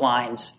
lines